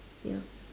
ya